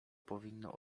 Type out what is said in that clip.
powinno